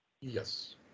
Yes